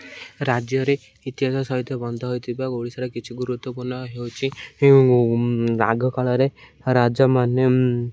ରାଜ୍ୟରେ ଇତିହାସ ସହିତ ବନ୍ଧ ହୋଇଥିବା ଓଡ଼ିଶାର କିଛି ଗୁରୁତ୍ୱପୂର୍ଣ ହେଉଛିି ଆଗ କାଳରେ ରାଜମାନେ